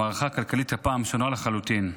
המערכה הכלכלית הפעם שונה לחלוטין.